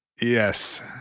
Yes